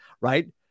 right